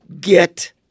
Get